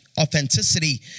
authenticity